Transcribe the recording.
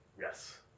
yes